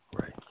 Right